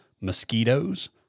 Mosquitoes